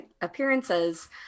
appearances